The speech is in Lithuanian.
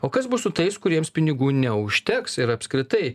o kas bus su tais kuriems pinigų neužteks ir apskritai